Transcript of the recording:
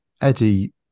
Eddie